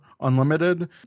Unlimited